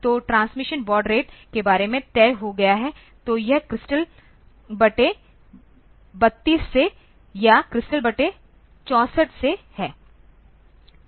तो transmission baud rate के बारे में तय हो गया है तो यह क्रिस्टल बटे 32 से या क्रिस्टल बटे 64 से है